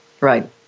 Right